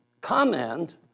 comment